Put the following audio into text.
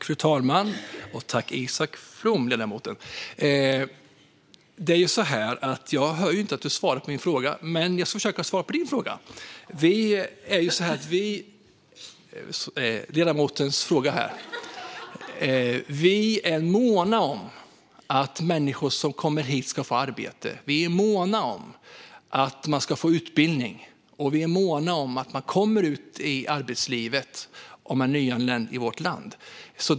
Fru talman! Tack, ledamoten Isak From! Jag hör inte att du svarar på min fråga. Men jag ska försöka svara på ledamotens fråga. Vi är måna om att människor som kommer hit ska få arbete. Vi är måna om att de ska få utbildning. Vi är måna om att man kommer ut i arbetslivet om man är nyanländ i vårt land.